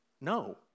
No